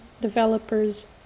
developers